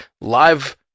live